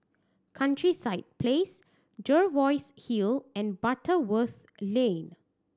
Countryside Place Jervois Hill and Butterworth Lane